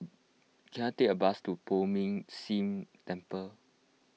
can I take a bus to Poh Ming Tse Temple